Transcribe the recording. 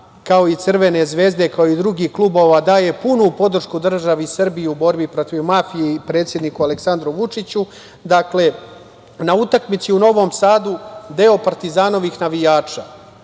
kao i „Crvene zvezde“, kao i drugih klubova daje punu podršku državi Srbiji u borbi protiv mafije i predsedniku Aleksandru Vučiću. Dakle, na utakmici u Novom Sadu deo navijača